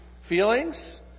feelings